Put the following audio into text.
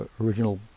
original